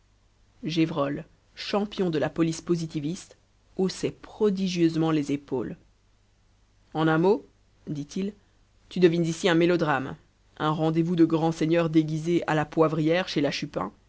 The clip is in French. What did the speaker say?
gévrol champion de la police positiviste haussait prodigieusement les épaules en un mot dit-il tu devines ici un mélodrame un rendez-vous de grands seigneurs déguisés à la poivrière chez